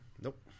Nope